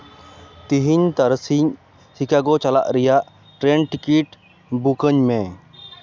ᱛᱤᱦᱤᱧ ᱛᱟᱨᱟᱥᱤᱧ ᱥᱤᱠᱟᱜᱳ ᱪᱟᱞᱟᱜ ᱨᱮᱭᱟᱜ ᱴᱨᱮᱹᱱ ᱴᱤᱠᱤᱴ ᱵᱩᱠᱟᱹᱧ ᱢᱮ